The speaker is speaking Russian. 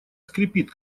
скрипит